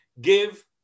give